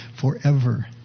forever